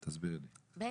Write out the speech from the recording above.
בעצם,